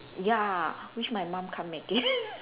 ya which my mum can't make it